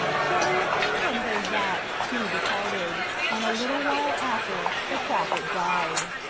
so when the king had heard that, he departed and a little while after the prophet died.